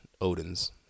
Odin's